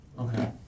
Okay